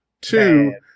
two